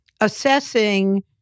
assessing